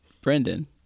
Brendan